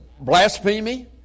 blasphemy